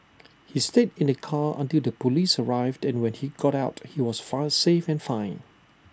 he stayed in the car until the Police arrived and when he got out he was far safe and fine